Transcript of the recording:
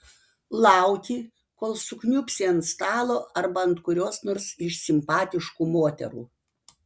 lauki kol sukniubsi ant stalo arba ant kurios nors iš simpatiškų moterų